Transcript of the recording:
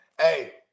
Hey